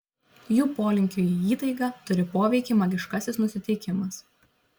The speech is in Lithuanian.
jų polinkiui į įtaigą turi poveikį magiškasis nusiteikimas